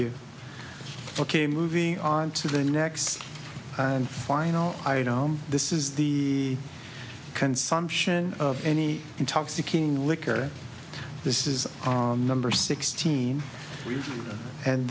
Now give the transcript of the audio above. you ok moving on to the next and final i know this is the consumption of any intoxicating liquor this is number sixteen and